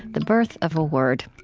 the birth of a word.